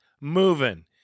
moving